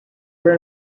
were